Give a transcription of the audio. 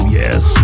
yes